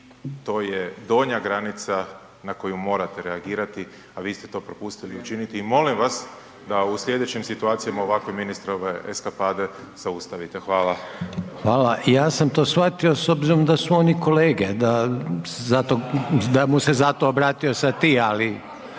to je donja granica na koju morate reagirati, a vi ste to propustili učiniti i molim vas da u slijedećim situacijama ovakve ministrove eskapade zaustavite. Hvala. **Reiner, Željko (HDZ)** Hvala. Ja sam to shvatio s obzirom da su oni kolege, da zato, da mu se zato obratio sa „ti“, ali